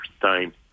time